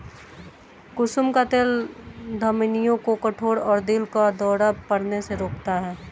कुसुम का तेल धमनियों को कठोर और दिल का दौरा पड़ने से रोकता है